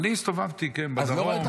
אני הסתובבתי, כן, בדרום -- אז לא ראית חורבן?